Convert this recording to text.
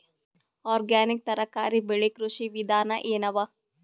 Organic ತರಕಾರಿ ಬೆಳಿ ಕೃಷಿ ವಿಧಾನ ಎನವ?